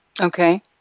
Okay